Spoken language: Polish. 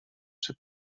czy